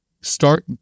start